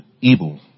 evil